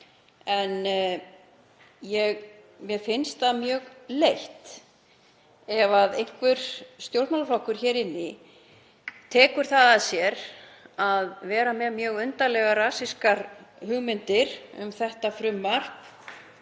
Mér finnst það mjög leitt ef einhver stjórnmálaflokkur hér inni tekur að sér að vera með mjög undarlegar rasískar hugmyndir um þetta frumvarp